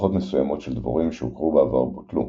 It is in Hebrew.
משפחות מסוימות של דבורים שהוכרו בעבר בוטלו,